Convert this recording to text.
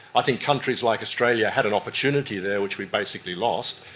i think countries like australia had an opportunity there which we basically lost.